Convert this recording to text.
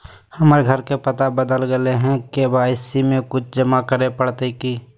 हमर घर के पता बदल गेलई हई, के.वाई.सी में कुछ जमा करे पड़तई की?